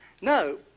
No